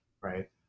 right